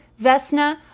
Vesna